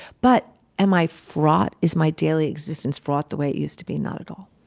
but am i fraught? is my daily existence fraught the way it used to be? not at all,